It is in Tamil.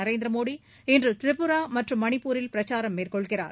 நரேந்திரமோடி இன்று திரிபுரா மற்றும் மணிப்பூரில் பிரச்சாரம் மேற்கொள்கிறார்